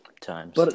times